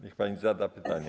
Niech pani zada pytanie.